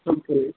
okay అండీ